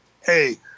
Hey